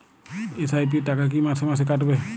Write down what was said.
SIP র টাকা কী মাসে মাসে কাটবে?